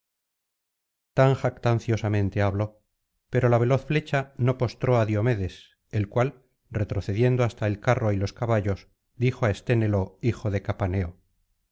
tan jactanciosamente habló pero la veloz flecha no postró á diomedes el cual retrocediendo hasta el carro y los caballos dijo á esténelo hijo de capaneo